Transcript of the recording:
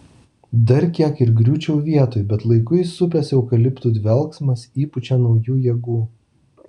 dar kiek ir griūčiau vietoj bet laiku įsupęs eukaliptų dvelksmas įpučia naujų jėgų